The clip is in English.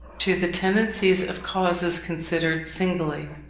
to the tendencies of causes considered singly,